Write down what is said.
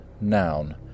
noun